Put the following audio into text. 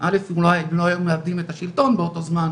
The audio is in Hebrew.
אלא מכמות החלות שהם היו צריכים לאכול ובאמת אחת מתשע